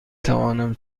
توانم